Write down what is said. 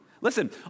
Listen